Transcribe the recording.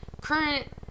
current